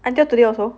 until today also